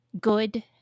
good